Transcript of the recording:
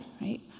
right